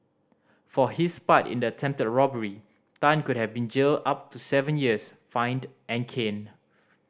for his part in the attempted robbery Tan could have been jailed up to seven years fined and caned